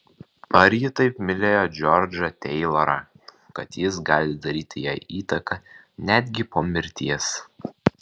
ar ji taip mylėjo džordžą teilorą kad jis gali daryti jai įtaką netgi po mirties